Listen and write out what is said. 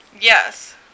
Yes